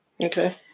Okay